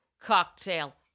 cocktail